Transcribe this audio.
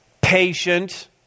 patient